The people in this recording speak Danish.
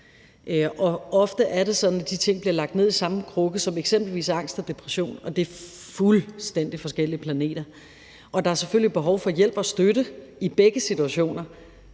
Ofte er det sådan, at de ting bliver lagt i samme gruppe som eksempelvis angst og depression, og det er fuldstændig forskellige planeter. Der er selvfølgelig behov for hjælp og støtte i begge situationer,